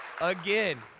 again